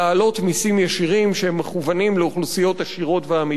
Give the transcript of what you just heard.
מסים ישירים שמכוונים לאוכלוסיות עשירות ואמידות.